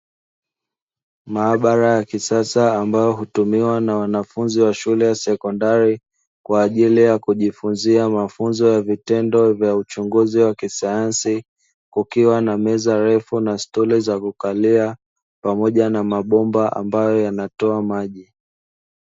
Maabara ya kisasa ambayo hutumiwa na wanafunzi wa shule ya sekondari kwa ajili ya kujifunzia mafunzo ya vitendo vya uchunguzi wa kisayansi, kukiwa na meza refu na stuli za kukalia pamoja na mabomba ambayo yanatoa maji.